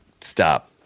stop